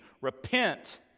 Repent